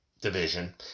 division